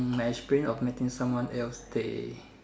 of making someone else stay